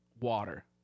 water